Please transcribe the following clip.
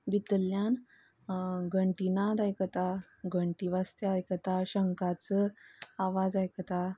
भितरल्यान घंटी नाद आयकता घंटी वाजता तें आयकता शंखाचो आवाज आयकता